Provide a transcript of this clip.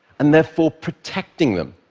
and therefore protecting them,